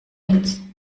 uns